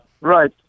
Right